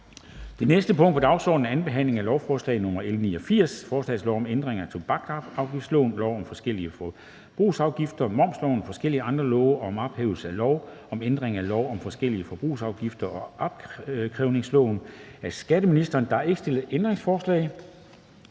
Det næste punkt på dagsordenen er: 22) 2. behandling af lovforslag nr. L 89: Forslag til lov om ændring af tobaksafgiftsloven, lov om forskellige forbrugsafgifter, momsloven og forskellige andre love og om ophævelse af lov om ændring af lov om forskellige forbrugsafgifter og opkrævningsloven.